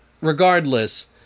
regardless